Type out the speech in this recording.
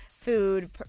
food